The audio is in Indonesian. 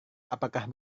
apakah